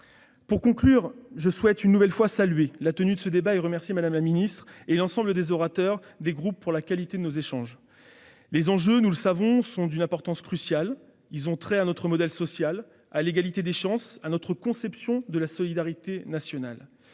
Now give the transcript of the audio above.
Pour conclure, je souhaite une nouvelle fois saluer la tenue de ce débat et remercier Mme la ministre et l'ensemble des orateurs des groupes pour la qualité de nos échanges. Ces enjeux, nous le savons, sont d'une importance cruciale. Ils ont trait à notre modèle social, à l'égalité des chances, à notre conception de la solidarité nationale.